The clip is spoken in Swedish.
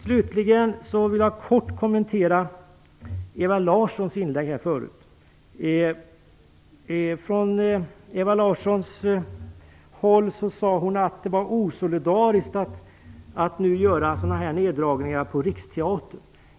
Slutligen vill jag kort kommentera Eva Larssons inlägg. Eva Larsson sade att det är osolidariskt att göra sådana här indragningar på riksteatern.